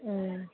ம்